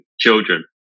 children